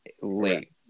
late